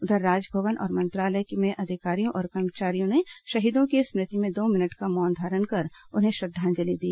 उधर राजभवन और मंत्रालय में अधिकारियों और कर्मचारियों ने शहीदों की स्मृति में दो मिनट का मौन धारण कर उन्हें श्रद्दांजलि दी